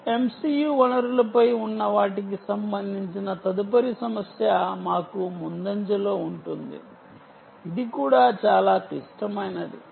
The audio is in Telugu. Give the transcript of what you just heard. చిప్ MCU వనరులపై ఉన్న వాటికి సంబంధించిన తదుపరి సమస్య మాకు ముందంజలో ఉంటుంది ఇది కూడా చాలా క్లిష్టమైనది